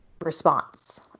response